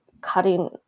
cutting